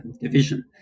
division